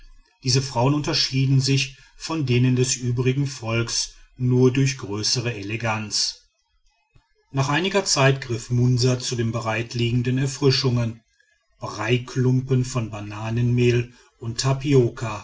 diese frauen unterschieden sich von denen des übrigen volks nur durch größere eleganz nach einiger zeit griff munsa zu den bereitliegenden erfrischungen breiklumpen von bananenmehl und tapioka